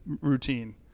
routine